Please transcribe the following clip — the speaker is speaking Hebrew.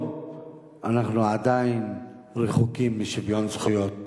אנחנו עדיין רחוקים משוויון זכויות.